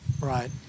Right